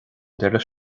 deireadh